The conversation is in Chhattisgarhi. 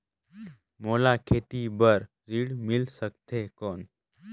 मोला खेती करे बार ऋण मिल सकथे कौन?